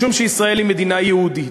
משום שישראל היא מדינה יהודית.